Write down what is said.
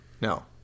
No